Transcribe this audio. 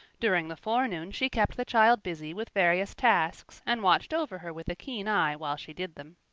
during the forenoon she kept the child busy with various tasks and watched over her with a keen eye while she did them.